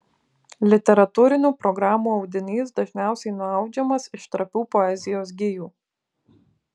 literatūrinių programų audinys dažniausiai nuaudžiamas iš trapių poezijos gijų